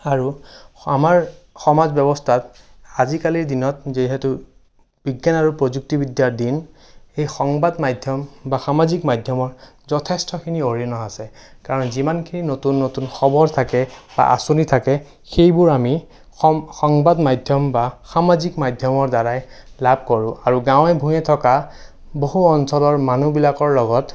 আৰু আমাৰ সমাজ ব্যৱস্থাত আজিকালিৰ দিনত যিহেতু বিজ্ঞান আৰু প্ৰযুক্তিবিদ্যাৰ দিন সেই সংবাদ মাধ্যম বা সামাজিক মাধ্যমৰ যথেষ্টখিনি অৰিহণা আছে কাৰণ যিমানখিনি নতুন নতুন খবৰ থাকে বা আঁচনি থাকে সেইবোৰ আমি সং সংবাদ মাধ্যম বা সামাজিক মাধ্যমৰ দ্বাৰাই লাভ কৰোঁ আৰু গাঁৱে ভূঞে থকা বহু অঞ্চলৰ মানুহবিলাকৰ লগত